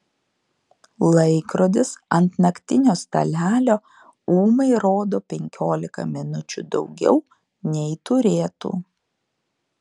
laikrodis ant naktinio stalelio ūmai rodo penkiolika minučių daugiau nei turėtų